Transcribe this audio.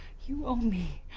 you owe me.